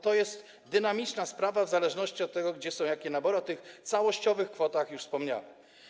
To jest dynamiczna sprawa, w zależności od tego, gdzie są jakie nabory, a o tych całościowych kwotach już wspomniałem.